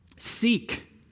Seek